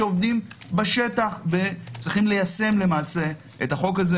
שעובדים בשטח וצריכים ליישם את החוק הזה.